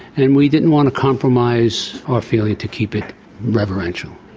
and we didn't want to compromise our feeling to keep it reverential.